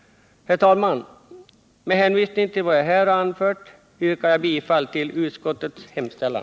Herr talman! Med hänvisning till vad jag här har anfört yrkar jag bifall till utskottets hemställan.